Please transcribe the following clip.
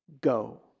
go